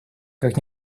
как